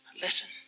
Listen